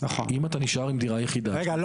אם אתה נשאר עם דירה יחידה --- רגע,